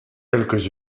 quelques